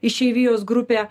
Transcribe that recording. išeivijos grupė